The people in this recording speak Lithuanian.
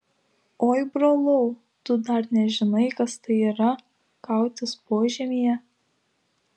oi brolau tu dar nežinai kas tai yra kautis požemyje